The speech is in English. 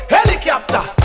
Helicopter